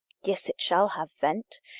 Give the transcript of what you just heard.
yes, it shall have vent,